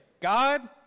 God